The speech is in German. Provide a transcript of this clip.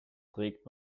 trägt